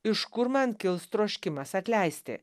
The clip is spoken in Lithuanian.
iš kur man kils troškimas atleisti